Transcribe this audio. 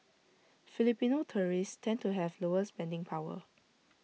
Filipino tourists tend to have lower spending power